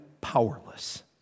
powerless